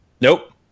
nope